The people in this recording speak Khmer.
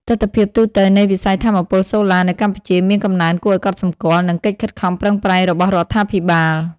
ទិដ្ឋភាពទូទៅនៃវិស័យថាមពលសូឡានៅកម្ពុជាមានកំណើនគួរឱ្យកត់សម្គាល់ និងកិច្ចខិតខំប្រឹងប្រែងរបស់រដ្ឋាភិបាល។